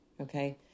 okay